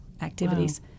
activities